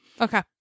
okay